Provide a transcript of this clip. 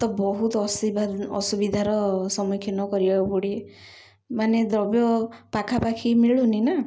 ତ ବହୁତ ଅସୁବିଧାର ସମ୍ମୁଖୀନ କରିବାକୁ ପଡ଼େ ମାନେ ଦ୍ରବ୍ୟ ପାଖାପାଖି ମିଳୁନି ନା